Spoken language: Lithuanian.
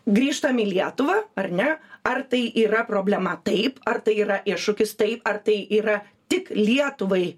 grįžtam į lietuvą ar ne ar tai yra problema taip ar tai yra iššūkis taip ar tai yra tik lietuvai